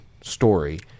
story